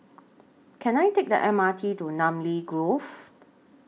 Can I Take The M R T to Namly Grove